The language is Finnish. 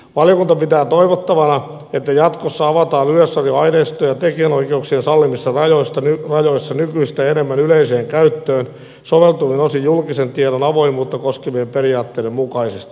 valiokunta pitää toivottavana että jatkossa avataan yleisradion aineistoja tekijänoikeuksien sallimissa rajoissa nykyistä enemmän yleiseen käyttöön soveltuvin osin julkisen tiedon avoimuutta koskevien periaatteiden mukaisesti